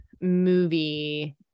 movie